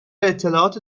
اطلاعات